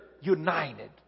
united